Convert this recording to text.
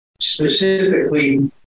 specifically